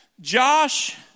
Josh